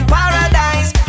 paradise